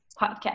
podcast